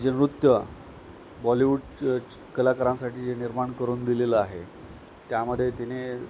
जे नृत्य बॉलिवूड चि कलाकारांसाठी जे निर्माण करून दिलेलं आहे त्यामध्ये तिने